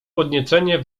podniecenie